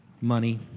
money